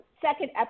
second